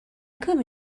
come